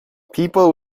people